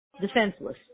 defenseless